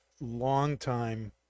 long-time